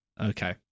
Okay